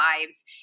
lives